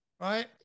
right